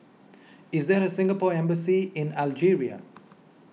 is there a Singapore Embassy in Algeria